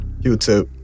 YouTube